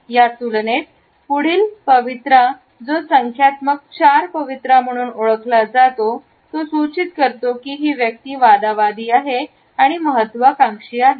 त्या तुलनेत पुढील पवित्रा जो संख्यात्मक 4 पवित्रा म्हणून ओळखले जाते असे सूचित करते की ती व्यक्ती वादावादी आहे आणि महत्त्वाकांक्षी आहे